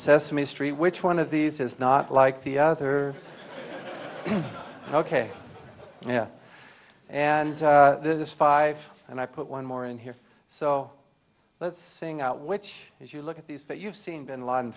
sesame street which one of these is not like the other ok yeah and this five and i put one more in here so let's sing out which is you look at these but you've seen bin laden